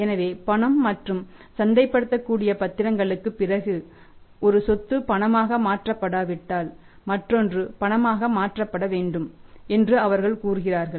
எனவே பணம் மற்றும் சந்தைப்படுத்தக்கூடிய பத்திரங்களுக்குப் பிறகு ஒரு சொத்து பணமாக மாற்றப்படாவிட்டால் மற்றொன்று பணமாக மாற்றப்பட வேண்டும் என்று அவர்கள் கூறுகிறார்கள்